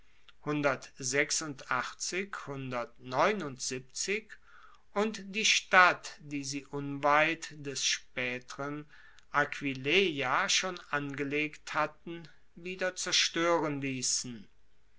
und die stadt die sie unweit des spaeteren aquileia schon angelegt hatten wieder zerstoeren liessen